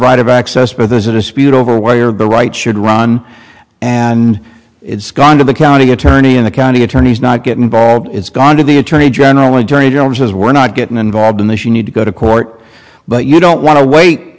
right of access but there's a dispute over way or the right should run and it's gone to the county attorney in the county attorney's not get involved it's gone to the attorney general attorney general says we're not getting involved in this you need to go to court but you don't want to wait